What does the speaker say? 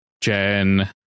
Jen